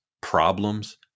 problems